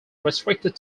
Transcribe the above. restricted